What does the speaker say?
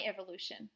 evolution